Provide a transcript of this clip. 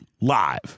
live